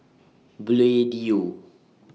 Bluedio